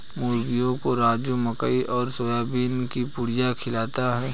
मुर्गियों को राजू मकई और सोयाबीन की पुड़िया खिलाता है